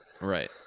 Right